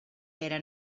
pere